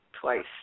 twice